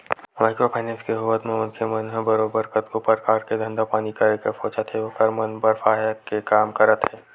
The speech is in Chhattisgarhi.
माइक्रो फायनेंस के होवत म मनखे मन ह बरोबर कतको परकार के धंधा पानी करे के सोचत हे ओखर मन बर सहायक के काम करत हे